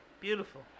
Beautiful